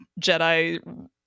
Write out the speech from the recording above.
Jedi